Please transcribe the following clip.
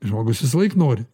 žmogus visąlaik nori